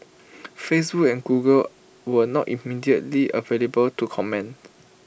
Facebook and Google were not immediately available to comment